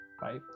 Bye